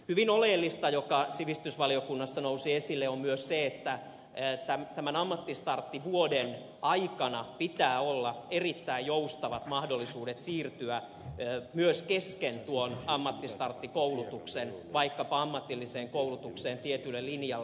hyvin oleellista mikä sivistysvaliokunnassa nousi esille on myös se että ammattistarttivuoden aikana pitää olla erittäin joustavat mahdollisuudet siirtyä myös kesken tuon ammattistarttikoulutuksen vaikkapa ammatilliseen koulutukseen tietylle linjalle